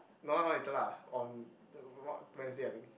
no no later lah on to what Wednesday I think